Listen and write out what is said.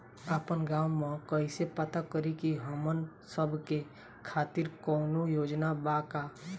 आपन गाँव म कइसे पता करि की हमन सब के खातिर कौनो योजना बा का?